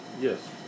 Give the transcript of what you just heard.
yes